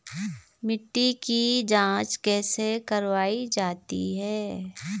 मिट्टी की जाँच कैसे करवायी जाती है?